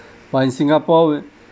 but in singapore